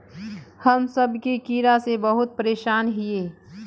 हम सब की कीड़ा से बहुत परेशान हिये?